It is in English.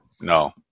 no